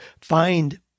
find